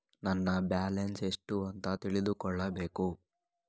ನನ್ನ ಬ್ಯಾಲೆನ್ಸ್ ಎಷ್ಟು ಅಂತ ತಿಳಿದುಕೊಳ್ಳಬೇಕು?